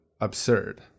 absurd